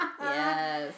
Yes